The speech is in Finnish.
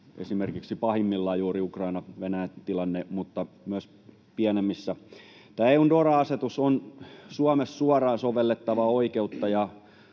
esimerkiksi pahimmillaan juuri Ukraina—Venäjä-tilanteessa mutta myös pienemmissä. Tämä EU:n DORA-asetus on Suomessa suoraan sovellettavaa oikeutta,